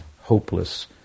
hopeless